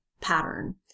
pattern